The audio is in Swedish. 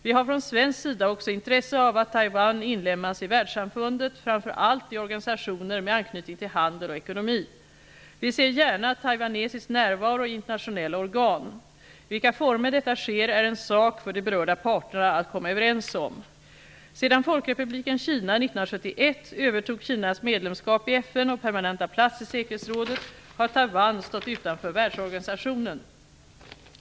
Vi har från svensk sida också intresse av att Taiwan inlemmas i världssamfundet, framför allt i organisationer med anknytning till handel och ekonomi. Vi ser gärna taiwanesisk närvaro i internationella organ. I vilka former detta sker är en sak för de berörda parterna att komma överens om. Sedan Folkrepubliken Kina 1971 övertog Kinas medlemskap i FN och permanenta plats i säkerhetsrådet har Taiwan stått utanför världsorganisationen.